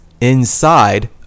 inside